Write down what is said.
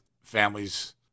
families